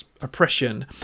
oppression